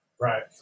Right